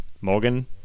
Morgan